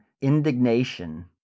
indignation